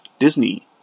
Disney